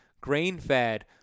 grain-fed